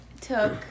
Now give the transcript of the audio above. took